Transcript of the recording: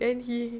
and he